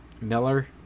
miller